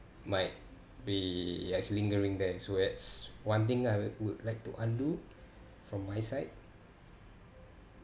might be ya it's lingering there so that's one thing I would would like to undo from my side